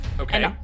Okay